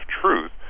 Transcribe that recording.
truth